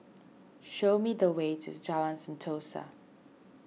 show me the way to Jalan Sentosa